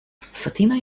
fatima